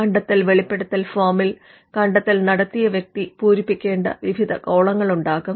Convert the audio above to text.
കണ്ടെത്തൽ വെളിപ്പെടുത്തൽ ഫോമിൽ കണ്ടെത്തൽ നടത്തിയ വ്യക്തി പൂരിപ്പിക്കേണ്ട വിവിധ കോളങ്ങളുണ്ടാകും